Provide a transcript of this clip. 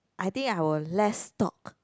I think I will less talk